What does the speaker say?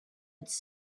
its